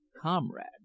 Comrade